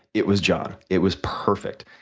it was john. it was perfect.